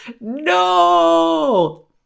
No